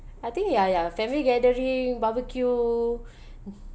I think ya ya family gathering barbecue